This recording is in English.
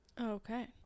Okay